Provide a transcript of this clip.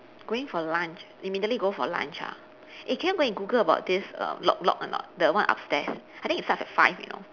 going for lunch immediately go for lunch ah eh can you go and google about this err lok-lok or not the one upstairs I think it starts at five you know